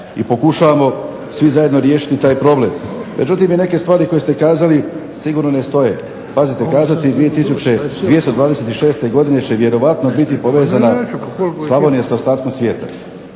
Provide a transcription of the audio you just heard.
i pokušavamo i svi zajedno riješiti taj problem. Međutim i neke stvari koje ste kazali sigurno ne stoje, pazite kazati 2226. godine će vjerojatno biti povezana Slavonija sa ostatkom svijeta.